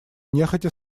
нехотя